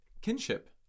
Kinship